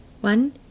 One